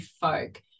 folk